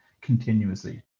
continuously